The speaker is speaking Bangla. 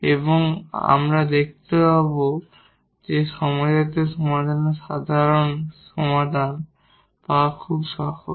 এবং আমরা দেখতে পাব যে হোমোজিনিয়াস সমীকরণের সাধারণ সমাধান পাওয়া খুব সহজ